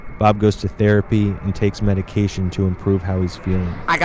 bob goes to therapy and takes medication to improve how he's feeling,